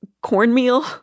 cornmeal